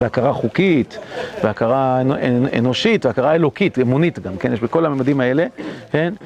והכרה חוקית, והכרה אנושית, והכרה אלוקית, אמונית גם, כן? יש בכל הממדים האלה, כן?